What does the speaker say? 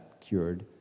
cured